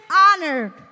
honored